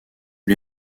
lui